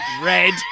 red